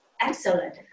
excellent